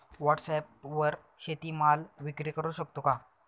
व्हॉटसॲपवर शेती माल विक्री करु शकतो का?